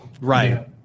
Right